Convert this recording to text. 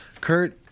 Kurt